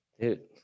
Dude